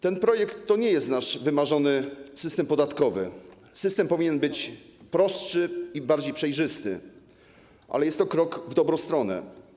Ten projekt nie określa naszego wymarzonego systemu podatkowego - system powinien być prostszy i bardziej przejrzysty - ale jest to krok w dobrą stronę.